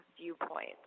viewpoint